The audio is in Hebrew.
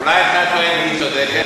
אולי אתה טועה והיא צודקת?